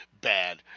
bad